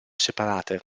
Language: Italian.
separate